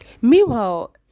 Meanwhile